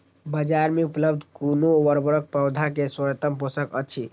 बाजार में उपलब्ध कुन उर्वरक पौधा के सर्वोत्तम पोषक अछि?